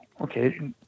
okay